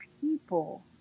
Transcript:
people